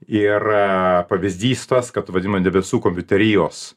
ir pavyzdys tas kad vadinama debesų kompiuterijos